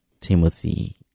Timothy